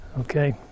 Okay